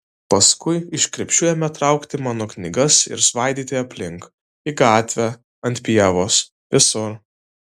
paskui iš krepšių ėmė traukti mano knygas ir svaidyti aplink į gatvę ant pievos visur